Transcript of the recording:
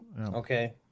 okay